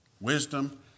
wisdom